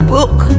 book